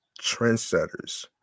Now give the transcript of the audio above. Trendsetters